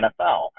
NFL